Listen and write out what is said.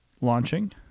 launching